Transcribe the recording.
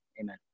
amen